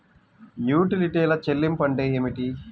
యుటిలిటీల చెల్లింపు అంటే ఏమిటి?